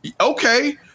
okay